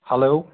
hello